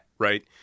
right